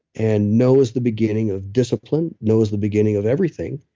and no is the beginning of discipline no is the beginning of everything.